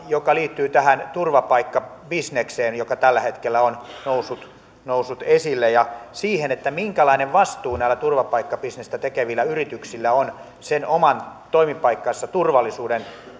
joka liittyy tähän turvapaikkabisnekseen joka tällä hetkellä on noussut noussut esille minkälainen vastuu näillä turvapaikkabisnestä tekevillä yrityksillä on sen oman toimipaikkansa turvallisuuden